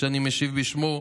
שאני משיב בשמו,